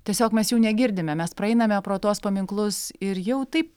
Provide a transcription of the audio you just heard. tiesiog mes jų negirdime mes praeiname pro tuos paminklus ir jau taip